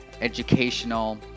educational